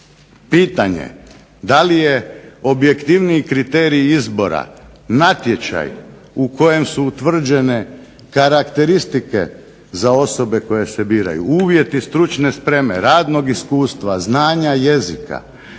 pitanje da li je objektivniji kriterij izbora natječaj u kojem su utvrđene karakteristike za osobe koje se biraju, uvjeti, stručne spreme, radnog iskustva, znanja jezika,